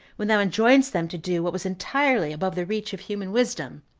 when thou enjoinedst them to do what was entirely above the reach of human wisdom,